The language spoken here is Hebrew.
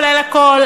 כולל הכול,